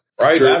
Right